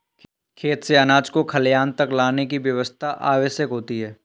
खेत से अनाज को खलिहान तक लाने की व्यवस्था आवश्यक होती है